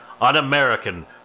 Un-American